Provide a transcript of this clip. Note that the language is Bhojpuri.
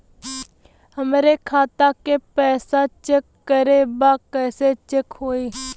हमरे खाता के पैसा चेक करें बा कैसे चेक होई?